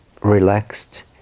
relaxed